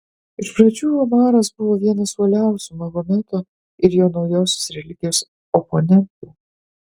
iš pradžių omaras buvo vienas uoliausių mahometo ir jo naujosios religijos oponentų